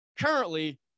currently